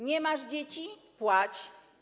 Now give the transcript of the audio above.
Nie masz dzieci - płać.